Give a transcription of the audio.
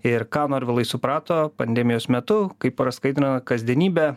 ir ką norvilai suprato pandemijos metu kaip praskaidrina kasdienybę